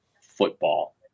football